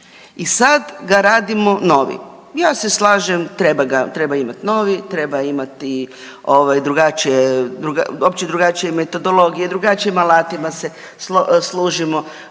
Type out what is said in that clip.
i sad ga radimo novi. Ja se slažem, treba ga, treba imati novi, treba imati drugačije, opće drugačije metodologije, drugačijim alatima se služimo,